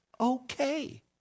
okay